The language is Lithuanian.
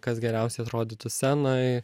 kas geriausiai atrodytų scenoj